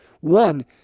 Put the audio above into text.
One